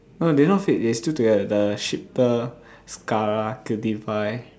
no they not fake they still together the shiphtur scarra qtpie